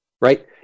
right